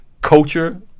culture